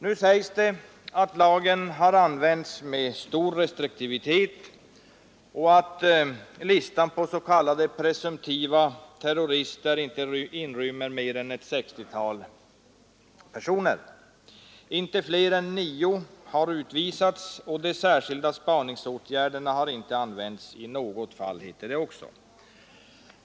Nu sägs det att lagen har använts med stor restriktivitet och att listan på s.k. presumtiva terrorister inte inrymmer mer än ett sextiotal personer. Inte fler än nio personer har utvisats, och de särskilda spaningsåtgärderna har inte använts i något fall.